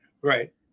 right